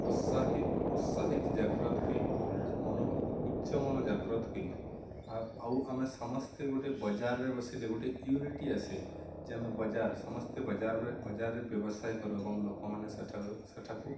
ଉତ୍ସାହିତ ଉତ୍ସାହିତ ଜାଗ୍ରତ ହୁଏ ଉଚ୍ଚ ମନ ଜାଗ୍ରତ ହୁଏ ଆଉ ଆମେ ସମସ୍ତେ ଗୋଟେ ବଜାରରେ ବସିଲେ ଗୋଟେ ୟୁନିଟି ଆସେ ଯେ ଆମେ ବଜାର ସମସ୍ତେ ବଜାରରେ ବଜାରରେ ବ୍ୟବସାୟ କରୁ ଏବଂ ଲୋକମାନେ ସେଠା ସେଠାକୁ